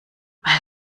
weil